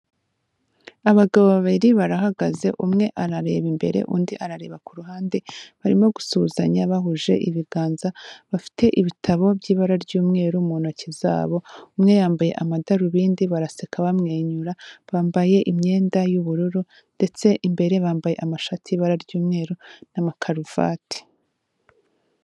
Abagabo babiri barahagaze, umwe arareba imbere undi arareba ku ruhande, barimo gusuhuzanya bahuje ibiganza, bafite ibitabo by'ibara ry'umweru mu ntoki zabo, umwe yambaye amadarubindi, baraseka bamwenyura, bambaye imyenda y'ubururu ndetse imbere bambaye amashati y'ibara ry'umweru n'amakaruvati.